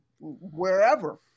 wherever